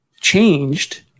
changed